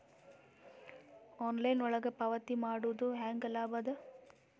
Online ಒಳಗ ಪಾವತಿ ಮಾಡುದು ಹ್ಯಾಂಗ ಲಾಭ ಆದ?